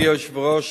אדוני היושב-ראש,